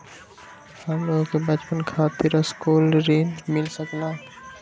हमलोगन के बचवन खातीर सकलू ऋण मिल सकेला?